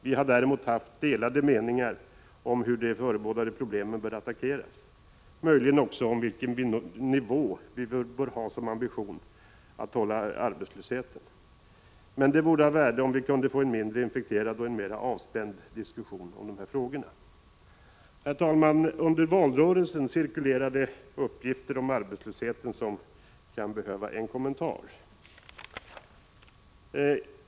Vi har däremot haft delade meningar om hur de förebådade problemen bör attackeras, möjligen också om vilken nivå vi bör ha som ambition att hålla arbetslösheten på. Men det vore av värde om vi kunde få en mindre infekterad och en mera avspänd diskussion om dessa frågor. Herr talman! Under valrörelsen cirkulerade uppgifter om arbetslösheten som kan behöva en kommentar.